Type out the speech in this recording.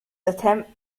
attempt